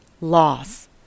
Loss